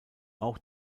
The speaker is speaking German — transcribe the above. auch